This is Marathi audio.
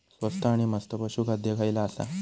स्वस्त आणि मस्त पशू खाद्य खयला आसा?